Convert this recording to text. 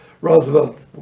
Roosevelt